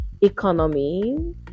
economy